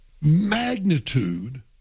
magnitude